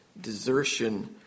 desertion